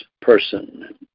person